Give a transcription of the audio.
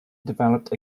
developed